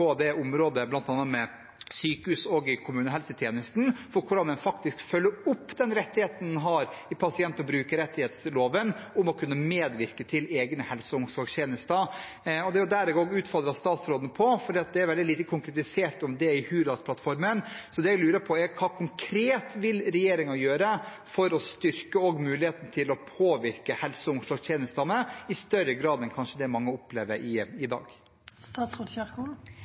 brukerrettighetsloven, om å kunne medvirke til egne helse- og omsorgstjenester. Det vil jeg utfordre statsråden på, for det står veldig lite konkret om det i Hurdalsplattformen. Det jeg lurer på, er: Hva konkret vil regjeringen gjøre for å styrke muligheten til å påvirke helse- og omsorgstjenestene i større grad enn det mange kanskje opplever i dag? Dette mener jeg er noe av den endringen vi legger opp til i